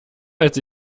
als